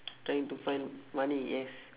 trying to find money yes